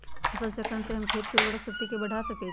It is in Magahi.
फसल चक्रण से हम खेत के उर्वरक शक्ति बढ़ा सकैछि?